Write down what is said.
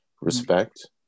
Respect